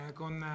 con